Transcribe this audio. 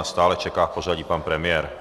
Stále čeká v pořadí pan premiér.